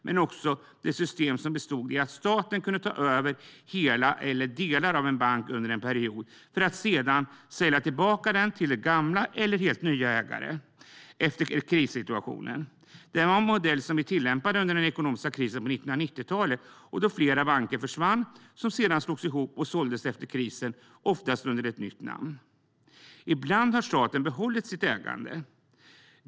Men vi har också haft ett system som bestått i att staten kunnat ta över hela eller delar av en bank under en period för att sedan sälja tillbaka den till gamla eller helt nya ägare efter krissituationen. Det var en modell som vi tillämpade under den ekonomiska krisen på 1990-talet då flera banker försvann och sedan slogs ihop och såldes efter krisen, oftast under ett nytt namn. Ibland har staten delvis behållit sitt ägande.